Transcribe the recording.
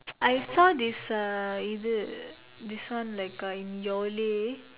I saw this uh இது:ithu this one like uh in Yole